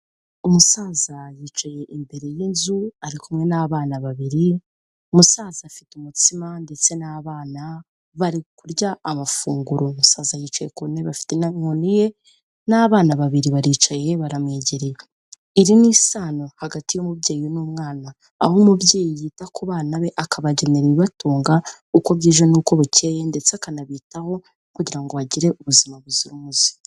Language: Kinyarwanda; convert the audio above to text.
Umusaza yicaye imbere y'inzu ari kumwe n'abana babiri, umusaza afite umutsima ndetse n'abana bari kurya amafunguro. Umusaza yicaye ku ntebe afite n'inkoni ye n'abana babiri baricaye baramwegereye. Iri ni isano hagati y'umubyeyi n'umwana. Aho umubyeyi yita ku bana be akabagenera ibibatunga uko bwije n'uko bukeye, ndetse akanabitaho kugira ngo bagire ubuzima buzira umuze.